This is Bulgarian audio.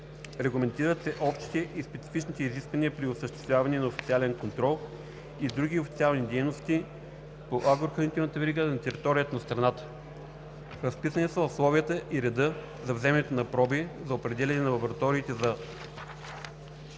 Регламентират се общите и специфичните изисквания при осъществяване на официален контрол и други официални дейности по агрохранителната верига на територията на страната. Разписани са условията и редът за вземането на проби, за определяне на лабораториите за целите